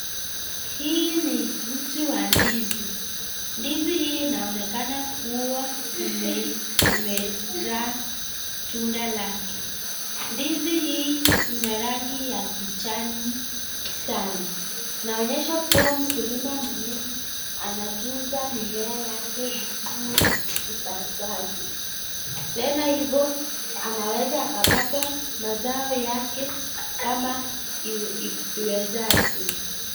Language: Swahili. Hii ni mti wa ndizi, ndizi hii inaonekana kuwa imezaa tunda lake, ndizi hii ina rangi ya kijani sana, inaonyesha kuwa mkulima mwenyewe anatunza mimmea yake vizuri ipasavyo, tena hivo anaweza akapata mazao yake kama imezavyo.